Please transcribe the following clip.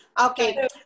Okay